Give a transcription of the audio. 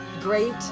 great